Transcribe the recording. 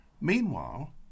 Meanwhile